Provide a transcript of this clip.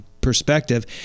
perspective